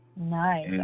Nice